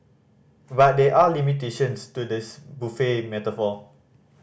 but there are limitations to this buffet metaphor